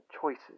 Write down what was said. choices